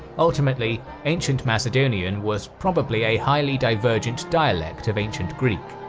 ultimately, ancient macedonian was probably a highly divergent dialect of ancient greek,